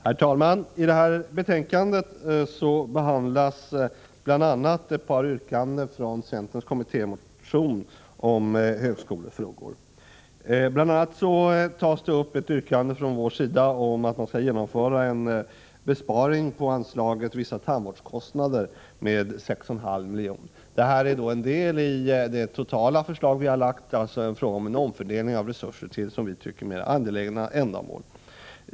Herr talman! I det här betänkandet behandlas bl.a. ett par yrkanden i centerns kommittémotion om högskolefrågor. Bl. a. tas det upp ett yrkande från vår sida om att man skall genomföra en besparing på 6,5 milj.kr. på anslaget Vissa tandvårdskostnader. Detta utgör då en del av vårt totala förslag beträffande omfördelning av resurser till enligt vår mening mera angelägna ändamål.